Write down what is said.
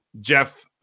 Jeff